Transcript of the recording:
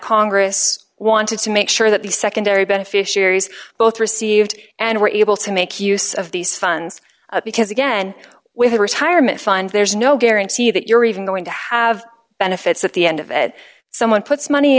congress wanted to make sure that these secondary beneficiaries both received and were able to make use of these funds because again with the retirement fund there's no guarantee that you're even going to have benefits at the end of it someone puts